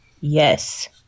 Yes